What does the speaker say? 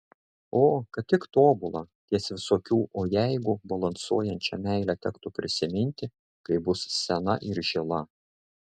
o kad tik tobulą ties visokių o jeigu balansuojančią meilę tektų prisiminti kai bus sena ir žila